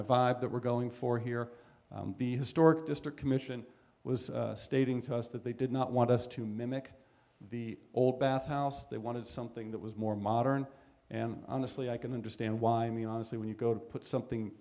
of vibe that we're going for here the historic district commission was stating to us that they did not want us to mimic the old bathhouse they wanted something that was more modern and honestly i can understand why i mean honestly when you go to put something